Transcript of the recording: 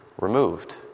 removed